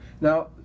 Now